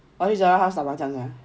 我要去 zara house 打麻将 leh